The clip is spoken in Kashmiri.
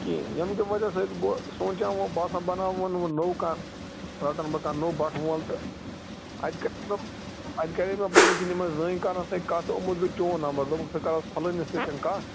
کیٚنٛہہ ییٚمہِ کہِ وجہ سٕتۍ بہٕ سونٛچان وۅں بہٕ ہسا بناہون وۅنۍ نوٚو کانٛہہ رٹن بہٕ کانٛہہ نوٚو بٹھٕ وول تہٕ اَتہِ کتہِ اَتہِ کَرے مےٚ پَنٕنۍ کِنۍ یِمن زٲنۍ کارن سۭتۍ کَتھ تہٕ یِمو دیُت چون نمبر دوٚپُکھ ژٕ کَر حظ فلٲنِس سۭتٮ۪ن کتھ